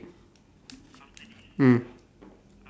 mm